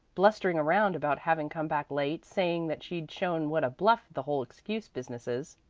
blustering around about having come back late, saying that she'd shown what a bluff the whole excuse business is,